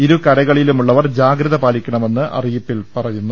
ഇരുകരകളിലുമുള്ളവർ ജാഗ്രിത പാലിക്കണമെന്ന് അറിയിപ്പിൽ പറഞ്ഞു